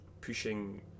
pushing